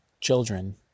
children